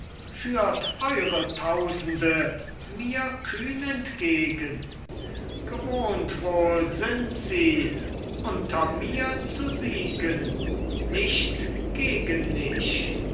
tausende mir kühn entgegen gewohnt wohl sind sie unter mir zu siegen nicht gegen mich